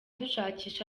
dushakisha